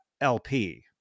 LP